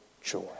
joy